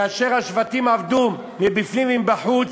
כאשר השבטים עבדו מבפנים ומבחוץ,